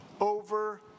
over